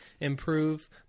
improve